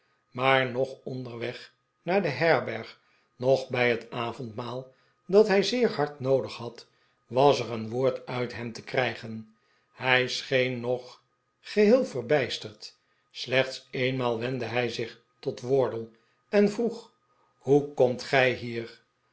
maar noch onderweg naar de herberg noch bij het avondmaal dat hij zeer hard noodig had was er een woord uit hem te krijgen hij scheen nog geheel verbijsterd slechts eenmaal wendde hij zich tot wardle en vroeg hoe komt gij hier